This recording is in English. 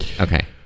Okay